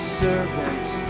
servants